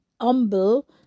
humble